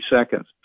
seconds